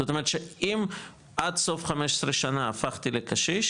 זאת אומרת שאם עד סוף 15 שנה, הפכתי לקשיש